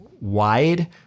wide